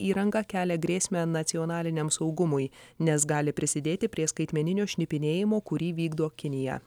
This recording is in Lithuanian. įranga kelia grėsmę nacionaliniam saugumui nes gali prisidėti prie skaitmeninio šnipinėjimo kurį vykdo kinija